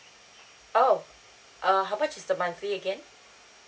oh err how much is the monthly again